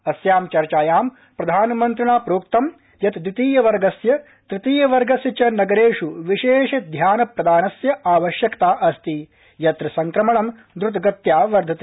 अस्यां चर्चायां प्रधानमन्त्रिणा प्रोक्तं यत् द्वितीय वर्गस्य तृतीय वर्गस्य च नगरेष् विशेषध्यान प्रदानस्य आवश्यकता अस्ति यत्र संक्रमण द्रुतगत्या वर्धते